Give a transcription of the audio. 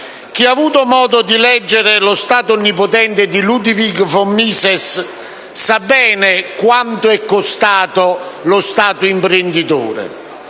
Chi ha avuto modo di leggere «Lo Stato onnipotente» di Ludwig von Mises sa bene quanto è costato lo Stato imprenditore.